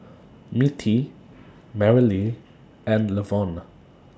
Mittie Merrily and Levon